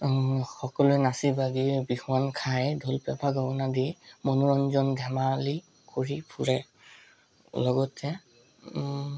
সকলোৱে নাচি বাগি বিহুৱান খাই ঢোল পেঁপা গগনা দি মনোৰঞ্জন ধেমালি কৰি ফুৰে লগতে